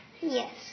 Yes